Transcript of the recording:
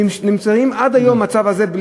הם נמצאים היום במצב הזה.